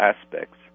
aspects